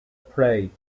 prey